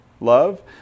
love